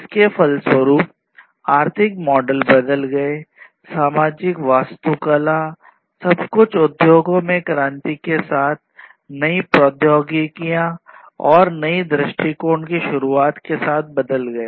इसके फलस्वरूप आर्थिक मॉडल बदल गए सामाजिक वास्तुकला सब कुछ उद्योगों में क्रांति के साथ नई प्रौद्योगिकियों और नई दृष्टिकोण की शुरूआत के साथ बदल गया